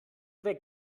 weg